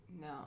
No